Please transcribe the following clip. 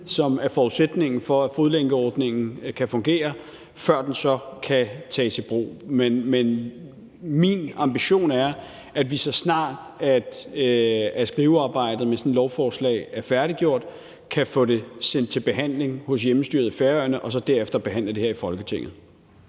som er forudsætningen for, at fodlænkeordningen kan fungere, før den så kan tages i brug. Men min ambition er, at vi, så snart skrivearbejdet med sådan et lovforslag er færdiggjort, kan få det sendt til behandling hos hjemmestyret på Færøerne og derefter behandle det her i Folketinget.